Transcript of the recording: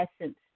essence